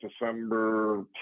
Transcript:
December